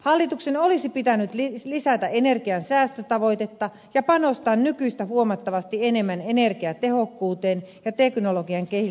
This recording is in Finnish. hallituksen olisi pitänyt lisätä energiansäästötavoitetta ja panostaa nykyistä huomattavasti enemmän energiatehokkuuteen ja teknologian kehittämiseen